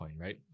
right